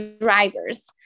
drivers